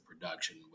production